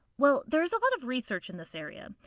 well, there is a lot of research in this area.